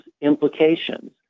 implications